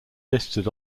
listed